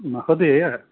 महोदय